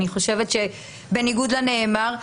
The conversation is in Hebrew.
בניגוד לנאמר,